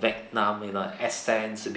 vietnam you know accents